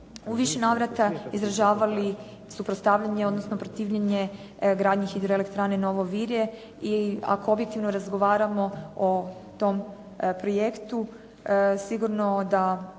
u više navrata izražavali suprotstavljanje odnosno protivljenje gradnji Hidroelektrane Novo Virje i ako objektivno razgovaramo o tom projektu sigurno da